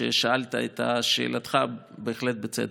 שאלת את שאלתך בהחלט בצדק.